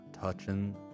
touching